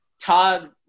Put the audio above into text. todd